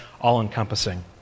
all-encompassing